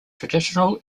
traditional